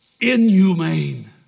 inhumane